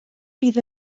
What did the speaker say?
bydd